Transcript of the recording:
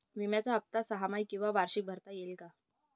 विम्याचा हफ्ता सहामाही किंवा वार्षिक भरता येईल का?